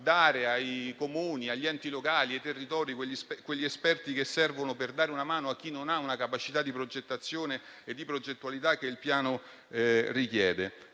dare ai Comuni, agli enti locali e ai territori gli esperti che servono per dare una mano a chi non ha la capacità di progettazione e di progettualità che il Piano richiede.